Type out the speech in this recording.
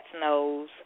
nose